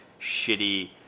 shitty